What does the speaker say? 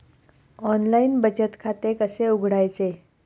Online बचत खाते कसे उघडायचे?